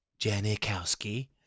Janikowski